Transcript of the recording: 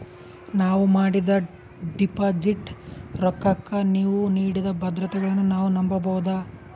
ನಾವು ಮಾಡಿದ ಡಿಪಾಜಿಟ್ ರೊಕ್ಕಕ್ಕ ನೀವು ನೀಡಿದ ಭದ್ರತೆಗಳನ್ನು ನಾವು ನಂಬಬಹುದಾ?